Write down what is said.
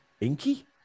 inky